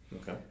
okay